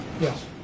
Yes